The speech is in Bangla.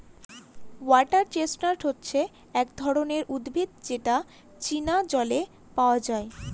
ওয়াটার চেস্টনাট হচ্ছে এক ধরনের উদ্ভিদ যেটা চীনা জলে পাওয়া যায়